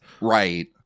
right